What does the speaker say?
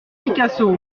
picasso